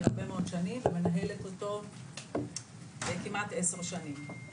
הרבה מאוד שנים ומנהלת אותו כמעט 10 שנים.